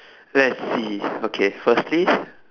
let's see okay firstly